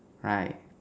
right